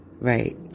Right